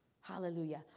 Hallelujah